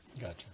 Gotcha